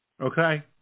Okay